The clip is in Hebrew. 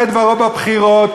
אמר את דברו בבחירות.